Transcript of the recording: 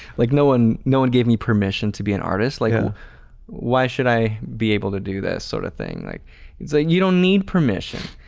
like no one no one gave me permission to be an artist, like why should i be able to do this sort of thing, like it's like you don't need permission.